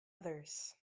others